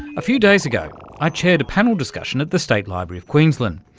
a few days ago i chaired a panel discussion at the state library of queensland.